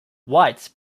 whites